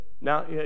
Now